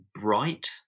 bright